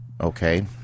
okay